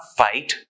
fight